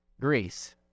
Greece